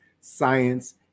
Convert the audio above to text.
science